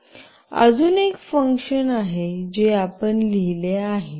अजून एक फंक्शन आहे जे आपण लिहिले आहे